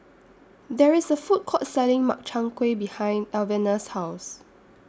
There IS A Food Court Selling Makchang Gui behind Alvena's House